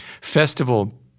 festival